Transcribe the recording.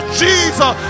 jesus